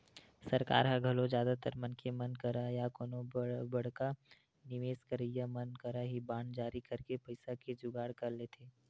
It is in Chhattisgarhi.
सरकार ह घलो जादातर मनखे मन करा या कोनो बड़का निवेस करइया मन करा ही बांड जारी करके पइसा के जुगाड़ कर लेथे